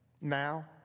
Now